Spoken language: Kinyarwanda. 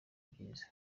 byiza